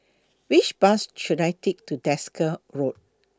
Which Bus should I Take to Desker Road